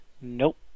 Nope